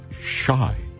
shy